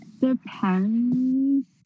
depends